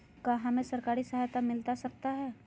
क्या हमे सरकारी सहायता मिलता सकता है?